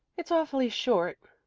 it's awfully short.